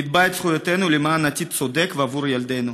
נתבע את זכויותינו למען עתיד צודק ועבור ילדינו.